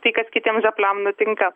tai kas kitiem žiopliam nutinka